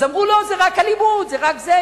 אז אמרו: לא, זה רק אלימות, זה רק זה.